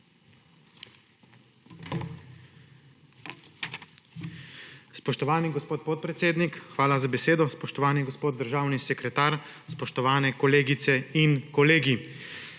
Spoštovani gospod podpredsednik, hvala za besedo. Spoštovani gospod državni sekretar, spoštovane kolegice in kolegi!